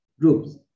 groups